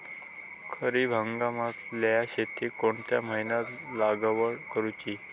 खरीप हंगामातल्या शेतीक कोणत्या महिन्यात लागवड करूची?